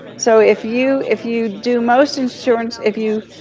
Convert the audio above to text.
so if you if you do most insurance, if you